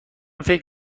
فکر